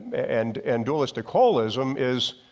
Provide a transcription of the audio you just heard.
and and dualistic holism is